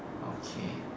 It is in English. okay